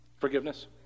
Forgiveness